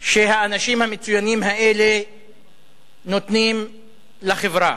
שהאנשים המצוינים האלה נותנים לחברה.